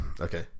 Okay